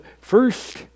first